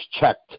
checked